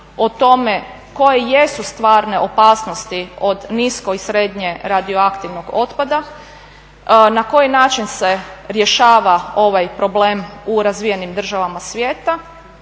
o tome koje jesu stvarne opasnosti od nisko i srednje radioaktivnog otpada, na koji način se rješava ovaj problem u razvijenim državama svijeta